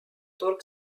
turg